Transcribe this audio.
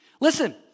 Listen